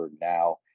now